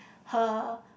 her